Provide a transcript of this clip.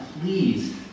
please